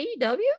AEW